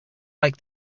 like